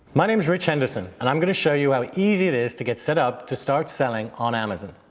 my name is rich henderson, and i'm gonna show you how easy it is to get set up to start selling on amazon.